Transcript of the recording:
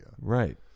Right